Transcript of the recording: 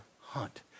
hunt